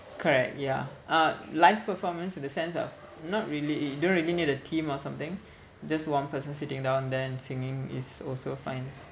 correct ya uh live performance in the sense of not really it don't really need a team or something just one person sitting down there and singing is also fine